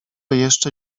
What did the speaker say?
jeszcze